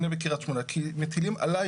פועל יוצא, הוא נותן פתרון לרעידות בשוק הנדל"ן.